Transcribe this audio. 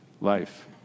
life